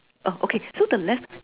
uh okay so the left